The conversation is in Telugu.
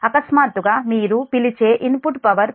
అకస్మాత్తుగా మీరు పిలిచే ఇన్పుట్ పవర్ పెరిగితే Pi Pe0